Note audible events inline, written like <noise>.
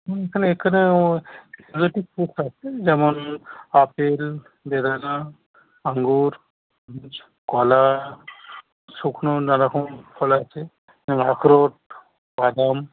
হুম এখানে এখানে <unintelligible> আছে যেমন আপেল বেদানা আঙুর কলা শুকনো নানারকম ফল আছে আখরোট বাদাম